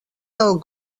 del